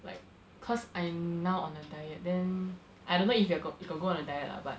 like cause I'm now on a diet then I don't know if you got you got go on a diet lah but